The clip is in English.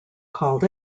called